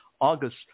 August